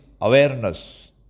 awareness